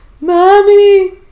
Mommy